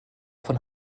von